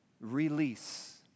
release